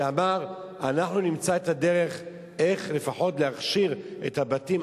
שאמר: אנחנו נמצא את הדרך איך לפחות להכשיר את הבתים,